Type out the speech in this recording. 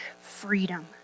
Freedom